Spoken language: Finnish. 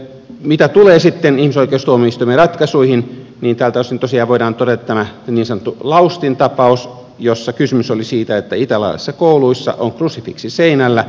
mitä tulee sitten ihmisoikeustuomioistuimen ratkaisuihin niin tältä osin tosiaan voidaan todeta tämä niin sanottu lautsin tapaus jossa kysymys oli siitä että italialaisissa kouluissa on krusifiksi seinällä